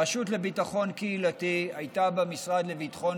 הרשות לביטחון קהילתי הייתה במשרד לביטחון